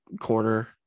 corner